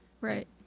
right